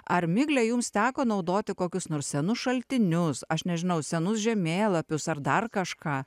ar migle jums teko naudoti kokius nors senus šaltinius aš nežinau senus žemėlapius ar dar kažką